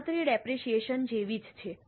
ગણતરી ડેપરેશીયેશન જેવી જ છે